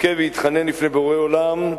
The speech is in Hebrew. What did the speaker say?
יבכה ויתחנן לפני בורא עולם,